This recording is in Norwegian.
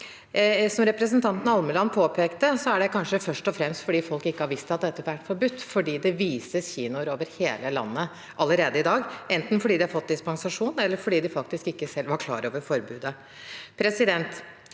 Som representanten Almeland påpekte, er det kanskje først og fremst fordi folk ikke har visst at dette har vært forbudt, fordi det vises film på kinoer over hele landet allerede i dag, enten fordi de har fått dispensasjon, eller fordi de ikke selv var klar over forbudet.